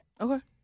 Okay